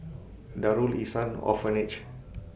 Darul Ihsan Orphanage